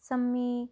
ਸੰਮੀ